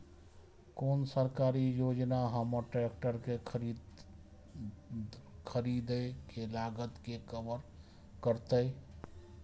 कोन सरकारी योजना हमर ट्रेकटर के खरीदय के लागत के कवर करतय?